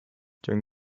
during